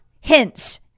hints